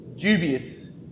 dubious